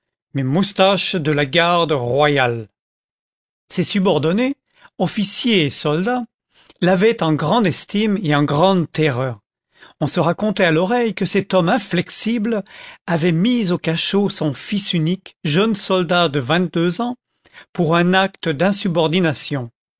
mes moustaches de la garde royale ses subordonnés officiers et soldats l'avaient en grande estime et en grande terreur on se racontait à l'oreille que cet homme inflexible avait mis au cachot son fils unique jeune soldat de vingt-deux ans pour un acte